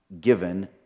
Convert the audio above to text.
given